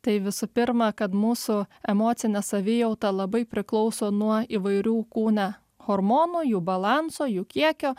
tai visų pirma kad mūsų emocinė savijauta labai priklauso nuo įvairių kūne hormonų jų balanso jų kiekio